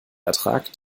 ertrag